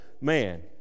man